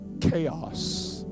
chaos